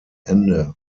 ende